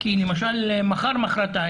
כי למשל מחר-מוחרתיים,